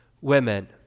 women